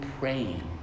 praying